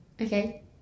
Okay